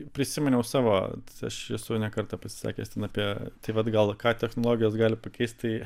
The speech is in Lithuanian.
prisiminiau savo aš esu ne kartą pasisakęs ten apie tai vat gal ką technologijos gali pakeisti